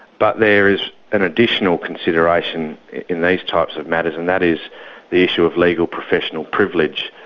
but there is an additional consideration in these types of matters, and that is the issue of legal professional privilege.